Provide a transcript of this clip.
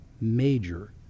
major